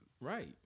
Right